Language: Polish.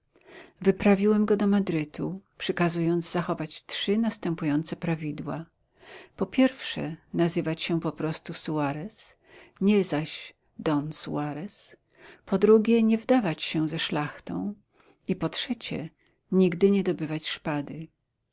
wyprawiłem go do madrytu przykazując zachowywać trzy następujące prawidła po pierwsze nazywać się po prostu suarez nie zaś don suarez po drugie nie wdawać się ze szlachtą i po trzecie nigdy nie dobywać szpady